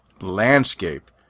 landscape